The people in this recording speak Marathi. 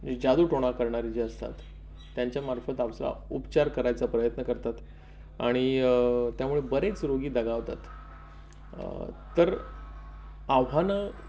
जादूटोणा करणारी जे असतात त्यांच्यामार्फत आपला उपचार करायचा प्रयत्न करतात आणि त्यामुळे बरेच रोगी दगावतात तर आव्हानं